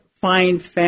find